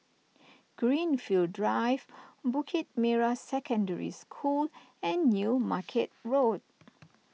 Greenfield Drive Bukit Merah Secondary School and New Market Road